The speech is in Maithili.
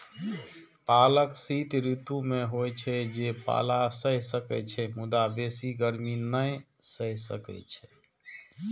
पालक शीत ऋतु मे होइ छै, जे पाला सहि सकै छै, मुदा बेसी गर्मी नै सहि सकै छै